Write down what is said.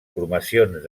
formacions